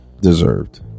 Deserved